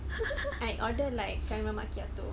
I order like caramel macchiato